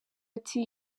ati